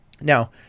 Now